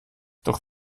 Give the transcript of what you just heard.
doch